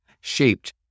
shaped